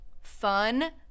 fun